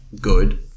good